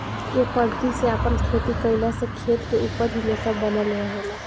ए पद्धति से आपन खेती कईला से खेत के उपज हमेशा बनल रहेला